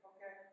Okay